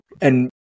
And-